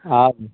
आर